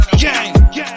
gang